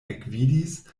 ekvidis